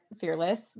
Fearless